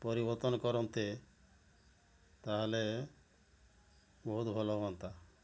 ପରିବର୍ତ୍ତନ କରନ୍ତେ ତା'ହେଲେ ବହୁତ ଭଲ ହୁଅନ୍ତା